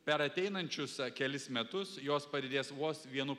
per ateinančius a kelis metus jos padidės vos vienu